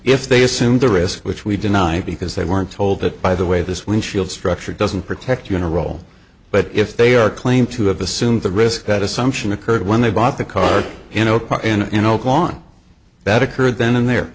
if they assumed the risk which we denied because they weren't told that by the way this windshield structure doesn't protect you in a roll but if they are claim to have assumed the risk that assumption occurred when they bought the car you know park in you know on that occurred then and there